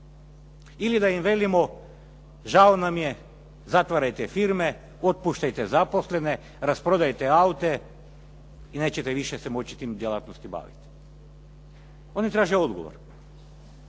Ili da im velimo, žao nam je, zatvarajte firme, otpuštajte zaposlene, rasprodajte aute i neće se više moći tom djelatnosti baviti. Oni traže odgovor.